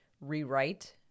rewrite